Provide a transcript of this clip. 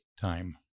time